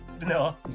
No